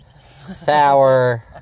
sour